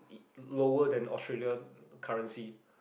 lower than Australia currency